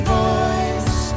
voice